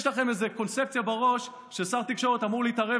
יש לכם איזה קונספציה בראש ששר התקשורת אמור להתערב